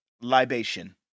libation